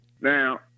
Now